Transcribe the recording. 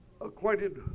acquainted